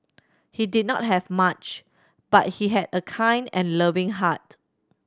he did not have much but he had a kind and loving heart